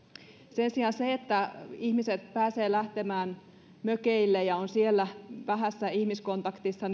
sen sijaan uskoisin että se että ihmiset pääsevät lähtemään mökeille ja ovat siellä vähissä ihmiskontakteissa